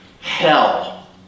hell